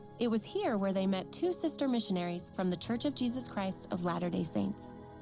it was here where they met two sister missionaries from the church of jesus christ of latter-day saints.